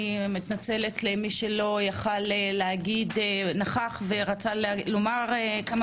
אני מתנצלת בפני מי שנכח ורצה לומר כמה